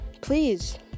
please